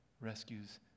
rescues